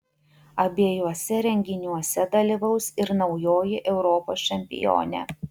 abiejuose renginiuose dalyvaus ir naujoji europos čempionė